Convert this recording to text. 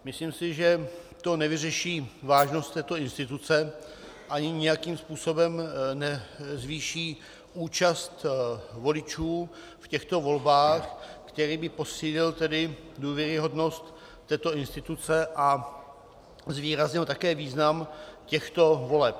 Myslím si, že to nevyřeší vážnost této instituce ani nijakým způsobem nezvýší účast voličů v těchto volbách, který by posílil důvěryhodnost této instituce a zvýraznil také význam těchto voleb.